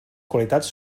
qualitats